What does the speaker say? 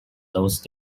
those